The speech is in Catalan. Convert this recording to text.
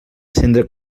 cendra